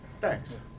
Thanks